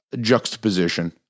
juxtaposition